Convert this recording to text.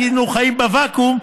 היינו חיים בוואקום,